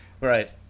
Right